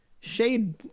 shade